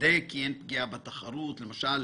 עדיין לדעתכם